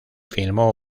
filmó